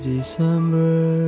December